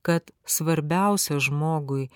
kad svarbiausia žmogui